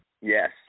Yes